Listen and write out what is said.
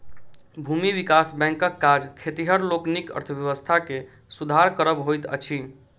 भूमि विकास बैंकक काज खेतिहर लोकनिक अर्थव्यवस्था के सुधार करब होइत अछि